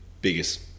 biggest